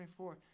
24